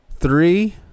Three